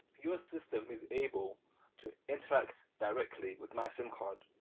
your system is able to interact directly with my sim card.